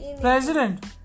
President